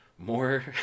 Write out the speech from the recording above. more